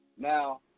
Now